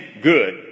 good